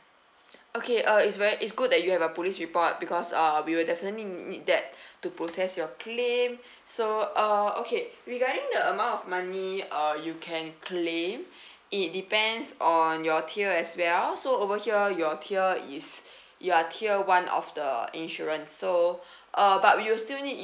okay uh it's very it's good that you have a police report because uh we will definitely need that to process your claim so uh okay regarding the amount of money uh you can claim it depends on your tier as well so over here your tier is you're tier one of the insurance so uh but we'll still need